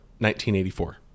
1984